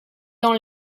dans